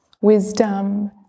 wisdom